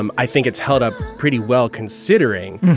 um i think it's held up pretty well considering.